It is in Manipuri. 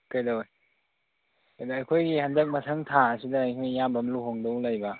ꯀꯩꯗꯧꯔꯦ ꯀꯩꯅꯣ ꯑꯩꯈꯣꯒꯤ ꯍꯟꯗꯛ ꯃꯊꯪ ꯊꯥꯁꯤꯗ ꯏꯌꯥꯝꯕ ꯑꯃ ꯂꯨꯍꯣꯡꯗꯧ ꯂꯩꯕ